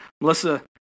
Melissa